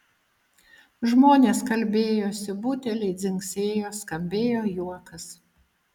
žmonės kalbėjosi buteliai dzingsėjo skambėjo juokas